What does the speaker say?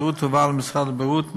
כשהשירות עבר למשרד הבריאות,